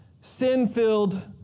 sin-filled